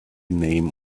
name